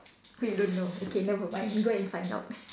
you don't know okay never mind you go and find out